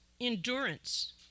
endurance